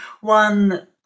one